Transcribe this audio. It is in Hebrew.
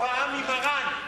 הוא גם קיבל את ההוראה ממרן.